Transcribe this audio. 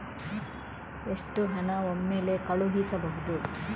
ಎಷ್ಟು ಹಣ ಒಮ್ಮೆಲೇ ಕಳುಹಿಸಬಹುದು?